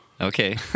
Okay